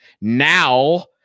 now